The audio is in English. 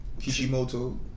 Kishimoto